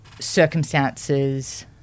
Circumstances